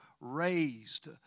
raised